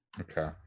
Okay